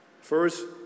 First